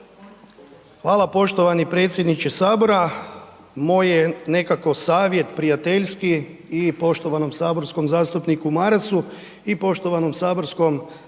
Hvala poštovani predsjedniče HS. Moj je nekako savjet prijateljski i poštovanom saborskom zastupniku Marasu i poštovanom saborskom